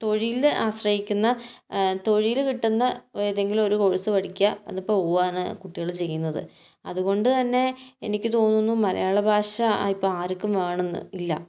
തൊഴിൽ ആശ്രയിക്കുന്ന തൊഴിൽ കിട്ടുന്ന ഏതെങ്കിലും ഒരു കോഴ്സ് പഠിക്കുക അതിപ്പോൾ കുട്ടികൾ ചെയ്യുന്നത് അതുകൊണ്ട് തന്നെ എനിക്ക് തോന്നുന്നു മലയാള ഭാഷ ഇപ്പം ആർക്കും വേണമെന്ന് ഇല്ല